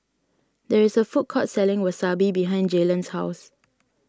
there is a food court selling Wasabi behind Jaylen's house